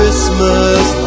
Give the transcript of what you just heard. Christmas